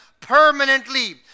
permanently